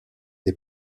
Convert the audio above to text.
des